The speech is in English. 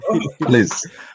Please